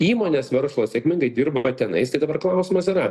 įmonės verslo sėkmingai dirba tenais tai dabar klausimas yra